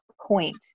point